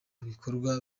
bikorwa